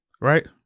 right